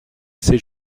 c’est